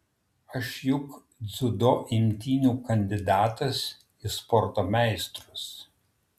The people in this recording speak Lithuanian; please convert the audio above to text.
aš juk dziudo imtynių kandidatas į sporto meistrus